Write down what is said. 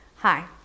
Hi